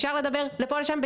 אפשר לדבר לפה ולשם,